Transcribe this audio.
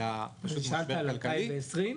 אלא משבר כלכלי.